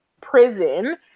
prison